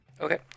Okay